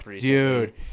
dude